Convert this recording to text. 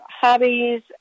hobbies